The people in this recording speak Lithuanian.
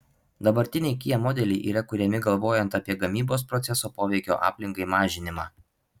dabartiniai kia modeliai yra kuriami galvojant apie gamybos proceso poveikio aplinkai mažinimą